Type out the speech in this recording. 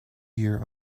year